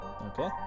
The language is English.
Okay